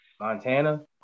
Montana